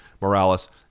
Morales